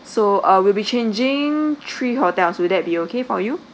so we'll be changing three hotels will that be okay for you